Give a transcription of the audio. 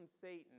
Satan